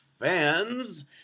Fans